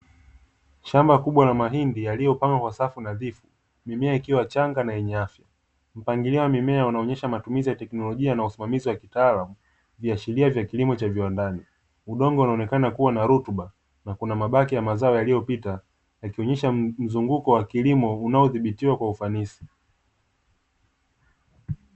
Shamba kubwa la mahindi yaliyopangwa kwa safu nadhifu mimea ikiwa changa na yenye afya mpangilio wa mimea unaonyesha matumizi ya teknolojia na usimamizi wa kitaalamu viashiria vya kilimo cha viwandani, udongo unaonekana kuwa na rutuba na kuna mabaki ya mazao yaliyopita ikionyesha mzunguko wa kilimo unaodhibitiwa kwa ufanisi.